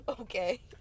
okay